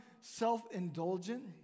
self-indulgent